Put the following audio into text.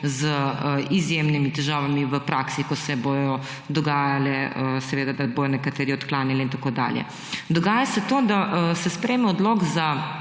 z izjemnimi težavami v praksi, ko se bodo dogajale, da bodo seveda nekateri odklanjani in tako dalje. Dogaja se to, da se sprejme odlok,